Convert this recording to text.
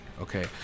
Okay